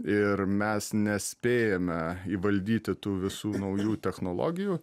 ir mes nespėjame įvaldyti tų visų naujų technologijų